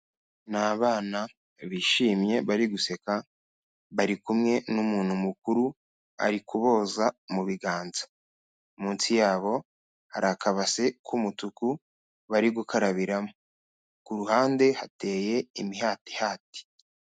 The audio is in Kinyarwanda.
Ni abana bishimye bari guseka bari kumwe n'umuntu mukuru ari kuboza mu biganza, munsi yabo hari akabase k'umutuku bari gukarabiramo, ku ruhande hateye imihatihati.